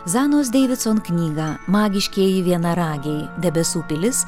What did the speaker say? zanos deividson knyga magiškieji vienaragiai debesų pilis